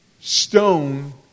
stone